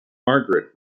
margaret